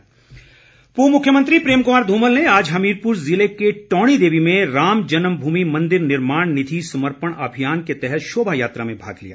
धुमल पूर्व मुख्यमंत्री प्रेम क्मार ध्मल ने आज हमीरपुर ज़िले के टौणीदेवी में राम जन्म भूमि मंदिर निर्माण निधि समर्पण अभियान के तहत शोभा यात्रा में भाग लिया